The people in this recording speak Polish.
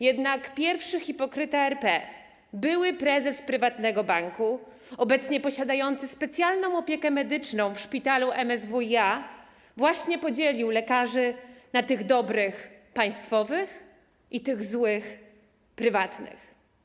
Jednak pierwszy hipokryta RP, były prezes prywatnego banku, obecnie posiadający specjalną opiekę medyczną w szpitalu MSWiA, właśnie podzielił lekarzy na tych dobrych - państwowych i tych złych - prywatnych.